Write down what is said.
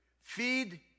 feed